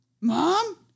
Mom